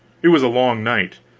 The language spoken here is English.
it was a long night,